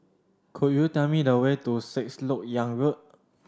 could you tell me the way to Six Lok Yang Road